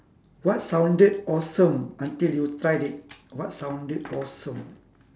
what sounded awesome until you tried it what sounded awesome